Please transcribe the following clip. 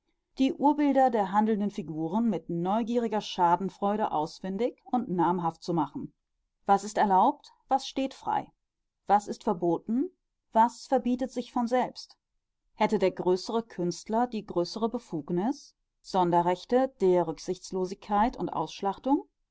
die urbilder der handelnden figuren mit neugieriger schadenfreude ausfindig und namhaft zu machen was ist erlaubt was steht frei was ist verboten was verbietet sich von selbst hätte der größere künstler die größere befugnis sonderrechte der rücksichtslosigkeit und ausschlachtung